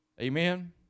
Amen